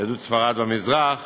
והמזרח